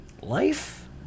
life